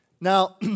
Now